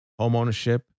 homeownership